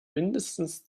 mindestens